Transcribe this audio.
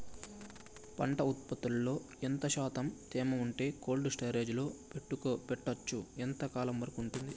పంట ఉత్పత్తులలో ఎంత శాతం తేమ ఉంటే కోల్డ్ స్టోరేజ్ లో పెట్టొచ్చు? ఎంతకాలం వరకు ఉంటుంది